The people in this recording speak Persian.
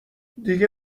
دیگه